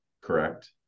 correct